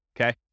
Okay